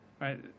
right